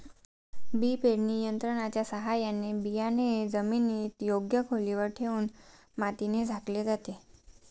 बी पेरणी यंत्राच्या साहाय्याने बियाणे जमिनीत योग्य खोलीवर ठेवून मातीने झाकले जाते